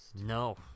no